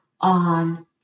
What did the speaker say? on